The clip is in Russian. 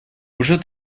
уже